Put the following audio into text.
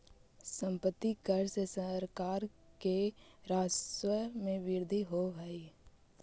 सम्पत्ति कर से सरकार के राजस्व में वृद्धि होवऽ हई